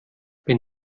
wenn